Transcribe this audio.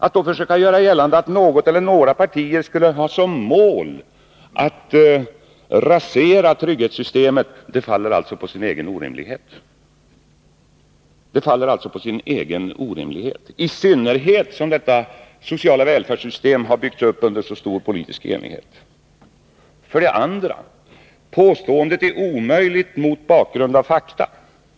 Att då göra gällande att något eller några partier skulle ha som mål att rasera trygghetssystemet är alltså orimligt, i synnerhet som detta sociala välfärdssystem har byggts upp under så stor politisk enighet. Påståendet är vidare omöjligt mot bakgrund av en rad fakta.